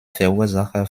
verursacher